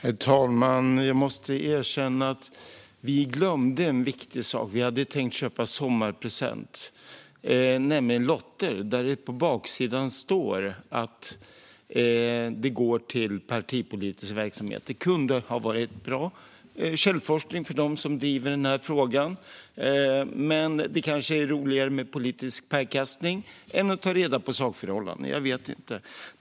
Herr talman! Jag måste erkänna att vi glömde en viktig sak. Vi hade tänkt köpa en sommarpresent, nämligen lotter där det på baksidan står att intäkterna går till partipolitisk verksamhet. Det kunde ha varit bra källforskning för dem som driver denna fråga, men det kanske är roligare med politisk pajkastning än att ta reda på sakförhållanden - jag vet inte.